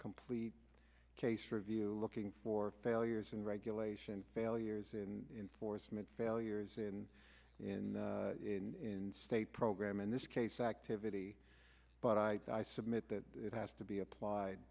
complete case review looking for failures and regulation failures in four cement failures in in in state program in this case activity but i submit that it has to be applied